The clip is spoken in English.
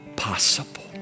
possible